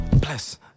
Plus